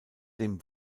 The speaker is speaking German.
dem